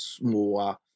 more